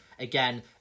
Again